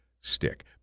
Stick